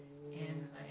versi masjid